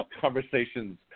conversations